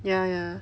ya ya